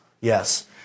Yes